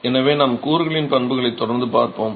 எனவே நாம் கூறுகளின் பண்புகளை தொடர்ந்து பார்ப்போம்